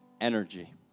energy